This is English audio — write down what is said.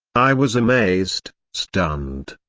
i was amazed, stunned.